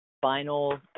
final